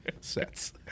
Sets